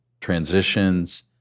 transitions